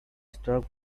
stroke